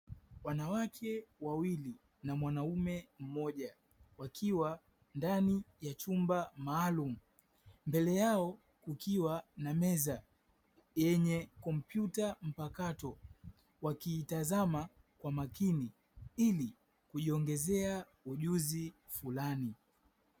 Wanawake wawili na mwanaume mmoja wakiwa ndani ya chumba maalum, mbele yao kukiwa na meza yenye kompyuta mpakato, wakiitazama kwa makini ili kujiongezea ujuzi fulani.